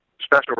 special